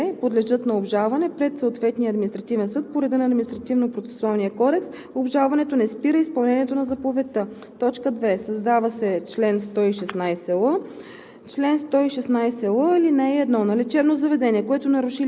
за лечебна дейност. (7) Заповедите по ал. 1 и 2 подлежат на обжалване пред съответния административен съд по реда на Административнопроцесуалния кодекс. Обжалването не спира изпълнението на заповедта.“ 2. Създава се чл. 116л: